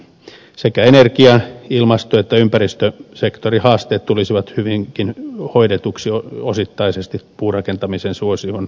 sekä energia ilmasto että ympäristösektorin haasteet tulisivat osittaisesti hyvinkin hoidetuiksi puurakentamisen suosion kasvun myötä